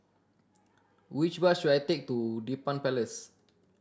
which bus should I take to Dedap Place